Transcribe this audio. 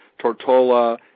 Tortola